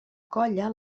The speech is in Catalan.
colla